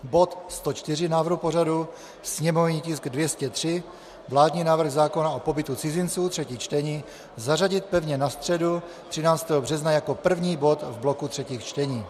Bod 104 návrhu pořadu, sněmovní tisk 203 vládní návrh zákona o pobytu cizinců, třetí čtení, zařadit pevně na středu 13. března jako první bod v bloku třetích čtení.